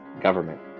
government